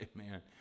Amen